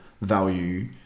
value